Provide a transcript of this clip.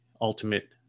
ultimate